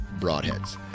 broadheads